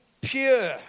pure